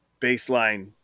baseline